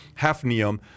Hafnium